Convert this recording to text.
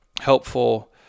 helpful